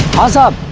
also